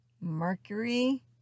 Mercury